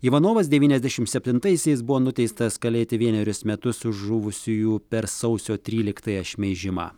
ivanovas devyniasdešim septintaisiais buvo nuteistas kalėti vienerius metus už žuvusiųjų per sausio tryliktąją šmeižimą